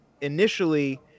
initially